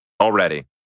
already